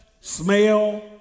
smell